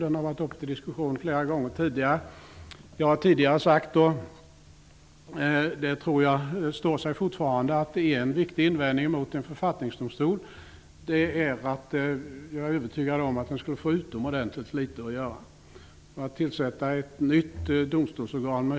Den har varit uppe till diskussion flera gånger tidigare. Jag har tidigare sagt att en viktig invändning mot en författningsdomstol är att jag är övertygad om att den skulle få utomordentligt litet att göra. Jag tror att den invändningen står sig fortfarande.